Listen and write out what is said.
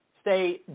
stay